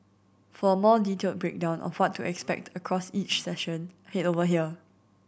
for a more detailed breakdown of what to expect across each session head over here